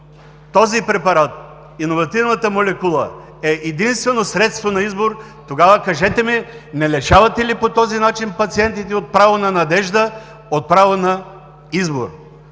този препарат, иновативната молекула, е единствено средство на избор, тогава, кажете ми: не лишавате ли по този начин пациентите от право на надежда, от право на избор?